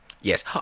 yes